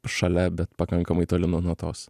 šalia bet pakankamai toli nuo nuo tos